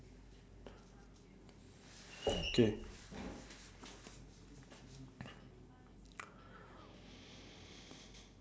K